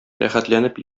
рәхәтләнеп